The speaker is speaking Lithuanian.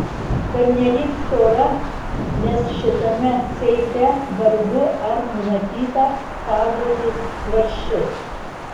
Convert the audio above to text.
pernelyg stora nes šitame seife vargu ar numatyta saugoti svarsčius